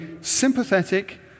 sympathetic